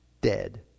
dead